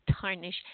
tarnish